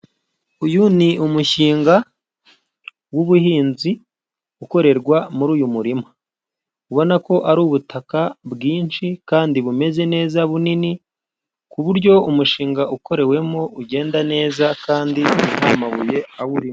Uyu ni umushinga w'ubuhinzi ukorerwa muri uyu murima, ubonako ari ubutaka bwinshi kandi bumeze neza bunini ,ku buryo umushinga ukorewemo ugenda neza kandi nta mabuye awurimo.